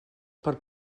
per